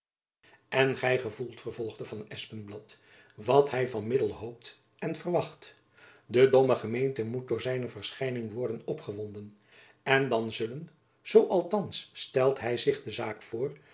en gy gevoelt vervolgde van espenblad wat hy van dat middel hoopt en verwacht de domme gemeente moet door zijne verschijning worden opgewonden en dan zullen zoo althands stelt hy zich de zaak voor